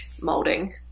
molding